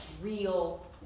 real